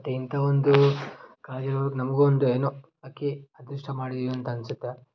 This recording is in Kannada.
ಮತ್ತು ಇಂಥ ಒಂದು ಕಾಲೇಜಲ್ಲಿ ಓದೋಕೆ ನಮಗೂ ಒಂದು ಏನೋ ಅಕಿ ಅದೃಷ್ಟ ಮಾಡಿದೀವಿ ಅಂತ ಅನಿಸುತ್ತೆ